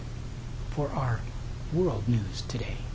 it for our world news today